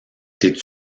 t’es